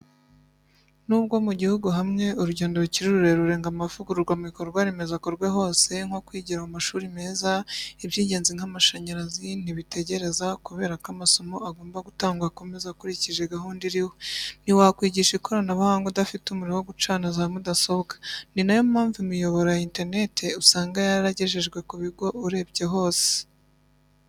N'ubwo mu gihugu hamwe, urugendo rukiri rurerure ngo amavugururwa mu bikorwa remezo akorwe hose, nko kwigira mu mashuri meza, iby'ingenzi nk'amashanyarazi ntibitegereza kubera ko amasomo agomba gutangwa akomeza akurikije gahunda iriho. Ntiwakwigisha ikoranabuhanga udafite umuriro wo gucana za mudasobwa. Ni nayo mpamvu imiyoboro ya interneti usanga yaragejejwe ku bigo urebye byose.